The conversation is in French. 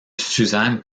suzanne